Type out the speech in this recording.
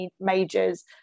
majors